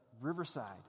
Riverside